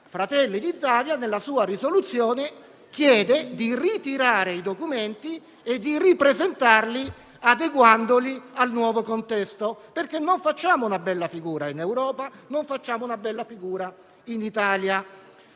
Fratelli d'Italia, nella sua proposta di risoluzione, chiede di ritirare i documenti e di ripresentarli adeguandoli al nuovo contesto, perché non facciamo una bella figura in Europa e non facciamo una bella figura in Italia.